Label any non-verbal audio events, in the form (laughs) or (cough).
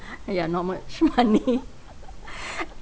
ya not much (laughs) money (laughs)